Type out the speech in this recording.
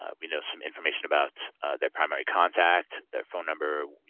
ah we know some information about their primary contact, their phone number,